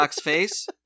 face